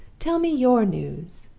tell me your news!